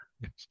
Yes